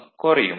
Eb குறையும்